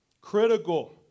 Critical